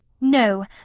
no